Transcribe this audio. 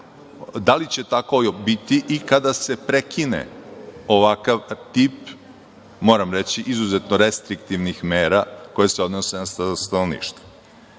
da li će tako biti i kada se prekine ovakav tip, moram reći, izuzetno restriktivnih mera koje se odnose na stanovništva? Međutim,